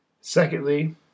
Secondly